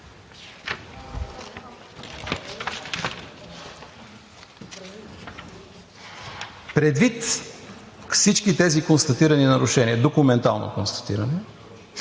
Предвид всички тези констатирани нарушения – документално констатирани,